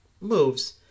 moves